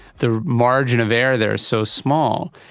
the margin of error there is so small,